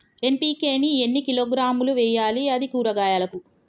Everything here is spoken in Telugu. ఎన్.పి.కే ని ఎన్ని కిలోగ్రాములు వెయ్యాలి? అది కూరగాయలకు?